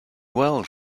well